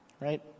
right